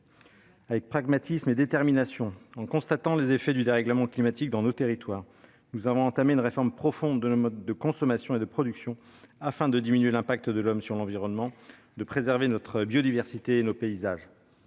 Avec pragmatisme et détermination, en constatant les effets du dérèglement climatique dans nos territoires, nous avons entamé une réforme profonde de nos modes de consommation et de production afin de diminuer l'impact de l'homme sur l'environnement, de préserver notre biodiversité et nos paysages.